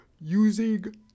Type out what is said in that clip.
using